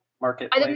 Market